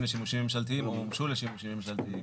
לשימושים ממשלתיים או מומשו לשימושים ממשלתיים.